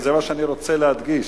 זה מה שאני רוצה להדגיש.